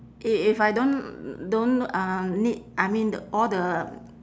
if if I don't don't uh need I mean all the